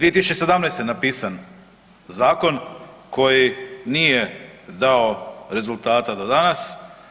2017. napisan zakon koji nije dao rezultata do danas.